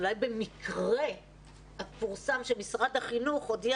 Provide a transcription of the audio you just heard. אולי במקרה פורסם שמשרד החינוך הודיע